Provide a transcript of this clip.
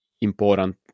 important